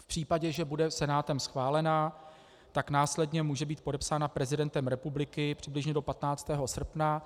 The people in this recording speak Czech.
V případě, že bude Senátem schválena, tak následně může být podepsána prezidentem republiky přibližně do 15. srpna.